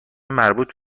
مربوط